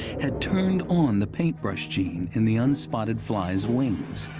had turned on the paintbrush gene in the unspotted fly's wings.